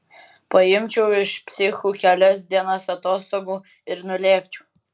paimčiau iš psichų kelias dienas atostogų ir nulėkčiau